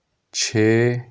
ਛੇ